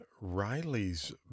Riley's